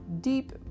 deep